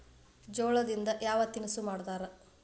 ಜೋಳದಿಂದ ಯಾವ ತಿನಸು ಮಾಡತಾರ?